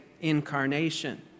incarnation